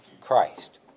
Christ